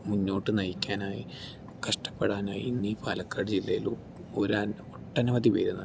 മുന്നോട്ട് നയിക്കാനായി കഷ്ടപ്പെടാനായി ഇന്ന് ഈ പാലക്കാട് ജില്ലയിലും ഒട്ടനവധി പേരുണ്ട്